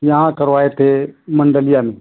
यहाँ करवाए थे मंडलिया में